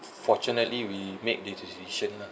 fortunately we make the decision lah